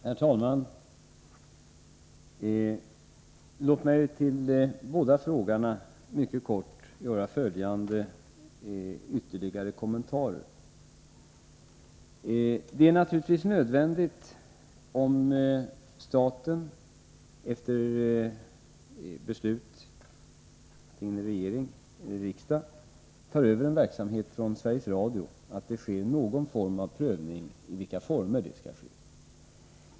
Herr talman! Låt mig till båda frågeställarna mycket kort rikta följande ytterligare kommentarer. Om staten — efter beslut antingen av regeringen eller riksdagen — tar över en verksamhet från Sveriges Radio, är det naturligtvis nödvändigt att det sker en prövning av i vilka former detta skall ske.